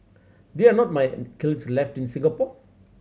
there are not mine kilns left in Singapore